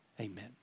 amen